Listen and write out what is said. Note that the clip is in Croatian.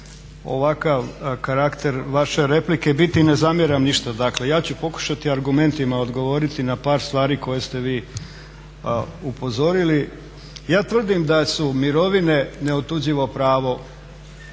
ovakav karakter vaše replike biti i ne zamjeram ništa. Dakle, ja ću pokušati argumentima odgovoriti na par stvari koje ste vi upozorili. Ja tvrdim da su mirovine neotuđivo pravo